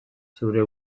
zeure